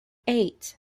eight